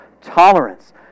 tolerance